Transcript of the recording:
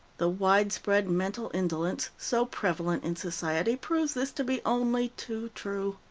the widespread mental indolence, so prevalent in society, proves this to be only too true.